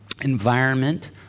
environment